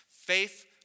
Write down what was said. Faith